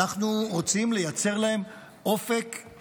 אנחנו רוצים לייצר להם אופק,